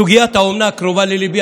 סוגיית האומנה קרובה לליבי,